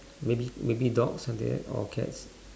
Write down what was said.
maybe maybe dogs something like that or cats